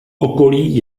okolí